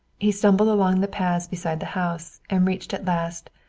he stumbled along the paths beside the house, and reached at last,